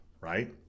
right